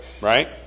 Right